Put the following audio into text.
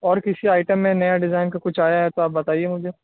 اور کسی آئٹم میں نیا ڈیزائن کا کچھ آیا ہے تو آپ بتائیے مجھے